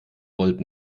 volt